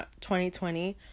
2020